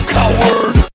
coward